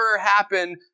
happen